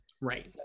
right